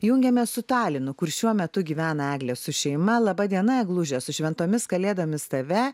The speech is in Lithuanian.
jungiamės su talinu kur šiuo metu gyvena eglė su šeima laba diena egluže su šventomis kalėdomis tave